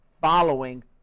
following